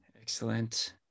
excellent